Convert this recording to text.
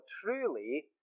truly